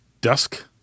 dusk